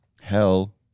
Hell